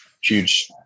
huge